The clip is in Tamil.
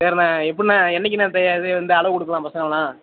சரிண்ண எப்புண்ண என்னைக்குண்ண இது வந்து அளவு கொடுக்குலான் பசங்கயெல்லாம்